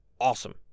Awesome